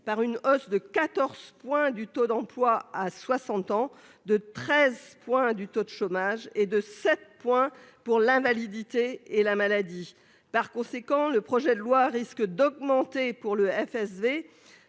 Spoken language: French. par une hausse de 14. Du taux d'emploi à 60 ans de 13 points du taux de chômage est de 7. Pour l'invalidité et la maladie. Par conséquent, le projet de loi risque d'augmenter pour le FSV.